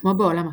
כמו בעולם הפיסי,